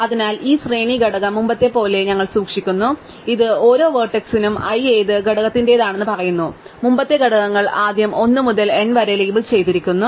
അതിനാൽ ഈ ശ്രേണി ഘടകം മുമ്പത്തെപ്പോലെ ഞങ്ങൾ സൂക്ഷിക്കുന്നു ഇത് ഓരോ വേർട്സ്സിനും I ഏത് ഘടകത്തിന്റേതാണെന്ന് പറയുന്നു മുമ്പത്തെ ഘടകങ്ങൾ ആദ്യം 1 മുതൽ n വരെ ലേബൽ ചെയ്തിരിക്കുന്നു